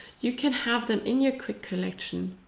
you can have them in your quick collection,